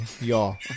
y'all